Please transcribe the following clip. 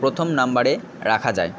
প্রথম নম্বরে রাখা যায়